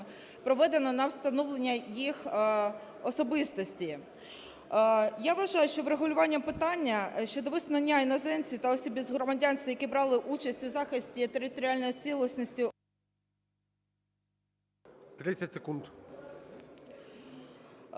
проведено на встановлення їх особистості. Я вважаю, що врегулювання питання щодо визнання іноземців та осіб без громадянства, які брали участь у захисті територіальної цілісності… ГОЛОВУЮЧИЙ.